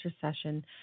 session